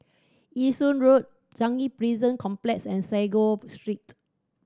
Yishun Ring Road Changi Prison Complex and Sago Street